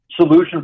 solution